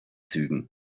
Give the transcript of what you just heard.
zügen